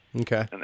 Okay